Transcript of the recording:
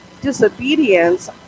disobedience